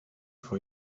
for